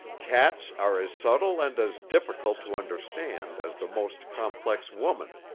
cats are as subtle and as difficult to understand as the most complex woman,